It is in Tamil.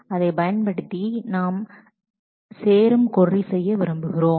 அதைப் பயன்படுத்தி நாம் ஜாயின் instructor⋈teaches⋈course என்று செய்ய விரும்புகிறோம்